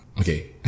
okay